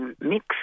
mix